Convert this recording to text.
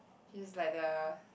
she's like the